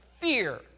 fear